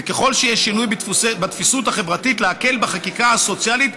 וככל שיש שינוי בתפיסות החברתית להקל בחקיקה הסוציאלית,